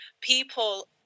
people